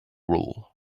wall